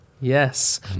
yes